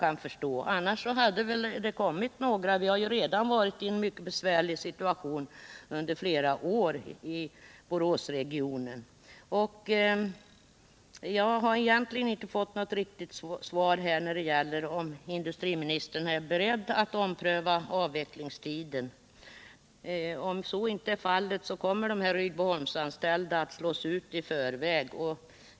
Annars hade det väl kommit några; vi har ju haft en mycket besvärlig situation i Boråsregionen i flera år. Jag har inte fått något riktigt svar på frågan om industriministern är beredd att ompröva frågan om avvecklingstiden. Om så inte är fallet kommer de Rydboholmsanställda att slås ut i förväg.